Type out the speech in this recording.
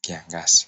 kiangazi.